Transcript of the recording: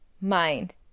mind